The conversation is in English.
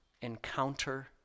encounter